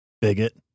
Bigot